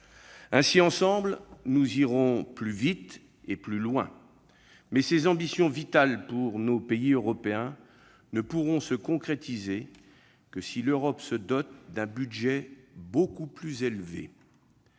Ainsi, ensemble, nous irons plus vite et plus loin. Mais ces ambitions vitales pour nos pays européens ne pourront se concrétiser que si l'Europe se dote d'un budget beaucoup plus élevé